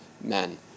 men